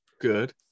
good